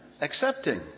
accepting